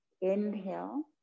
Inhale